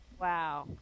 Wow